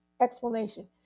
explanation